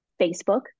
Facebook